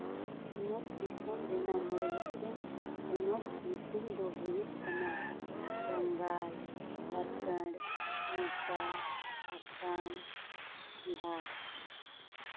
ᱥᱤᱧᱚᱛ ᱫᱤᱥᱚᱢ ᱨᱮᱱᱟᱝ ᱢᱚᱬᱮ ᱜᱚᱴᱮᱱ ᱯᱚᱱᱚᱛ ᱧᱩᱛᱩᱢ ᱫᱚ ᱦᱩᱭᱩᱜ ᱠᱟᱱᱟ ᱵᱟᱝᱜᱟᱞ ᱡᱷᱟᱲᱠᱷᱚᱸᱰ ᱳᱰᱤᱥᱟ ᱟᱥᱟᱢ ᱵᱤᱦᱟᱨ